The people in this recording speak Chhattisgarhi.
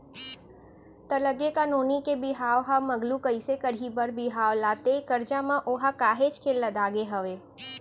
त लग गे का नोनी के बिहाव ह मगलू कइसे करही बर बिहाव ला ते करजा म ओहा काहेच के लदागे हवय